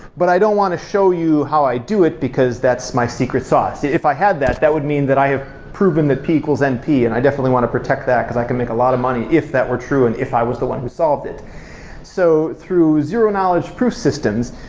but i don't want to show you how i do it, because that's my secret sauce. if i had that, that would mean that i have proven that p equals np and i definitely want to protect that, because i can make a lot of money if that were true and if i was the one who solved it so through zero knowledge proof systems,